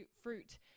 fruit